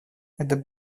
это